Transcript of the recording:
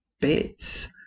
bits